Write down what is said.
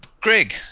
Greg